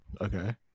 Okay